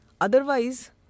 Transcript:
Otherwise